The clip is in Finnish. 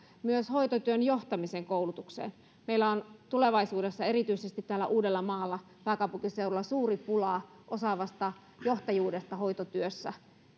myös hoitotyön johtamisen koulutukseen meillä on tulevaisuudessa erityisesti täällä uudellamaalla pääkaupunkiseudulla suuri pula osaavasta johtajuudesta hoitotyössä